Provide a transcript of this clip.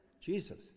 Jesus